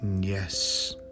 Yes